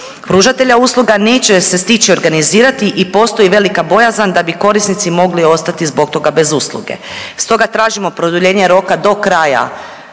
pružatelja usluga neće se stići organizirati i postoji velika bojazan da bi korisnici mogli ostati zbog toga bez usluge. Stoga tražimo produljenje roka do kraja